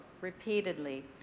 repeatedly